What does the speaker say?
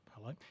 hello